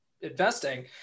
investing